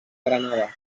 granada